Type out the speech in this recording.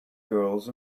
girls